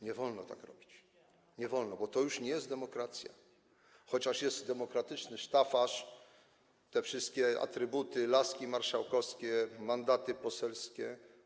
Nie wolno tak robić, nie wolno, bo to już nie jest demokracja, chociaż jest demokratyczny sztafaż, te wszystkie atrybuty, laski marszałkowskie, mandaty poselskie.